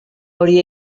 hori